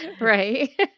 right